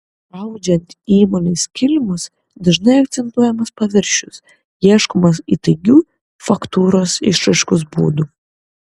audžiant įmonės kilimus dažnai akcentuojamas paviršius ieškoma įtaigių faktūros išraiškos būdų